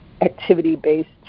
activity-based